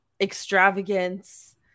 extravagance